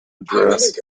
address